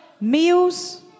meals